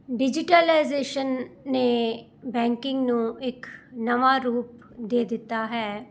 digitalisation ਨੇ banking ਨੂੰ ਇੱਕ ਨਵਾਂ ਰੂਪ ਦੇ ਦਿੱਤਾ ਹੈ